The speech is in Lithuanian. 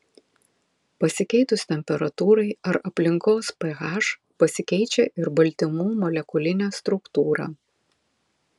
pasikeitus temperatūrai ar aplinkos ph pasikeičia ir baltymų molekulinė struktūra